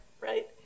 right